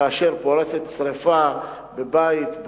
כאשר פורצת שרפה בבית,